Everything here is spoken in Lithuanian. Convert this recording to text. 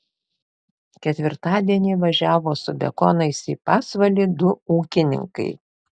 ketvirtadienį važiavo su bekonais į pasvalį du ūkininkai